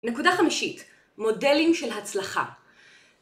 נקודה חמישית, מודלים של הצלחה.